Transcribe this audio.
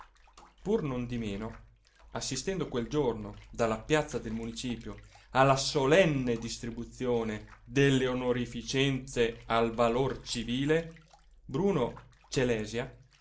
pur non di meno assistendo quel giorno dalla piazza del municipio alla solenne distribuzione delle onorificenze al valor civile bruno celèsia